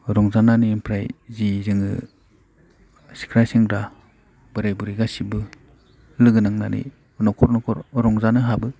रंजानानै ओमफ्राय जि जोङो सिख्ला सेंग्रा बोराय बुरि गासिबो लोगो नांनानै न'खर न'खर रंजानो हाबो